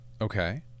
Okay